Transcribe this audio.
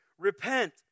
Repent